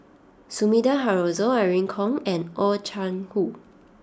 Sumida Haruzo Irene Khong and Oh Chai Hoo